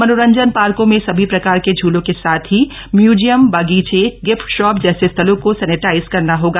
मनोरंजन पार्को में सभी प्रकार के झूलों के साथ ही म्यूजियम बागीचे गिफ्ट शॉप जैसे स्थलों को सेनिटाइज करना होगा